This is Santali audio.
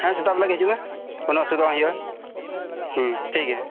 ᱦᱮᱸ ᱥᱮᱛᱟᱜ ᱵᱮᱞᱟᱜᱮ ᱦᱤᱡᱩᱜ ᱢᱮ ᱠᱚᱱᱳ ᱚᱥᱩᱵᱤᱫᱟ ᱵᱟᱝ ᱦᱩᱭᱩᱜᱼᱟ ᱴᱷᱤᱠ ᱜᱮᱭᱟ